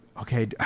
Okay